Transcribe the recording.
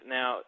Now